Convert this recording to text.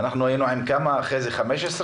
היינו עם כמה מפקחים?